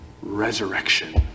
resurrection